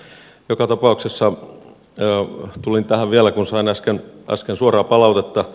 mutta joka tapauksessa tulin tähän vielä kun sain äsken suoraa palautetta